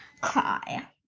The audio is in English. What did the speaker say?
Cry